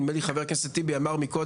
וכמו שאמר חבר הכנסת טיבי קודם,